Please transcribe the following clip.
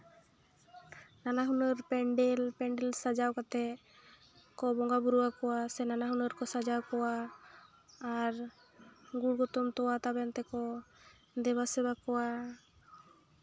ᱱᱟᱱᱟᱦᱩᱱᱟᱹᱨ ᱯᱮᱱᱰᱮᱞ ᱯᱮᱱᱰᱮᱞ ᱥᱟᱡᱟᱣ ᱠᱟᱛᱮ ᱠᱚ ᱵᱚᱸᱜᱟ ᱵᱳᱨᱳᱣ ᱟᱠᱚᱣᱟ ᱥᱮ ᱱᱟᱱᱟᱦᱩᱱᱟᱹᱨ ᱠᱚ ᱥᱟᱡᱟᱣ ᱠᱚᱣᱟ ᱟᱨ ᱜᱩᱲ ᱜᱚᱛᱚᱢ ᱛᱚᱣᱟ ᱛᱟᱵᱮᱱ ᱛᱮᱠᱚ ᱫᱮᱵᱟ ᱥᱮᱵᱟ ᱠᱚᱣᱟ